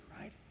right